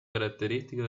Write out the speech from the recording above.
característica